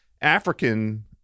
african